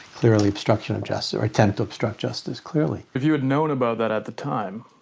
clearly obstruction of justice or attempt to obstruct justice. clearly if you had known about that at the time,